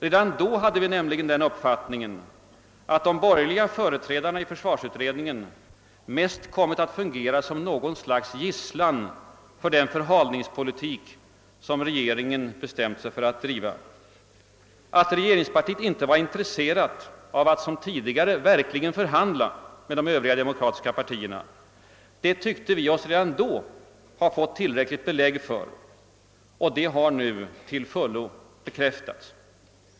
Redan då hade vi den uppfattningen, att de borgerliga företrädarna i försvarsutredningen mest kommit att fungera som något slags gisslan för den förhalningspolitik som regeringen bestämt sig för att driva. Att regeringspartiet inte var intresserat av att som tidigare förhandla med de övriga demokratiska partierna, tyckte vi oss då ha fått tillräckligt belägg för. Detta har nu till fullo bekräftats.